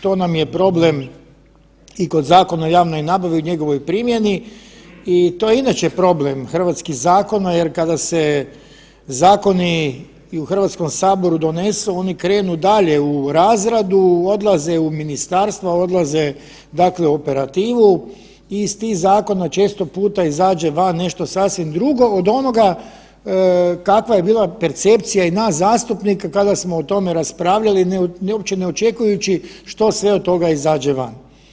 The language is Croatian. To nam je problem i kod Zakona o javnoj nabavi u njegovoj primjeni i to je inače problem hrvatskih zakona jer kada se zakoni i u Hrvatskom saboru donesu oni krenu dalje u razradu, odlaze u ministarstva, odlaze dakle u operativu i iz tih zakona često puta izađe van nešto sasvim drugo od onoga kakva je bila percepcija i nas zastupnika kada smo o tome raspravljali uopće ne očekujući što sve od toga izađe van.